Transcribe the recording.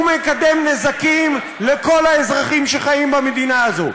הוא מקדם נזקים לכל האזרחים שחיים במדינה הזו,